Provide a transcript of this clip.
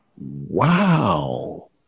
Wow